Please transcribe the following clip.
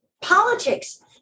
Politics